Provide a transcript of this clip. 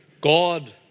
God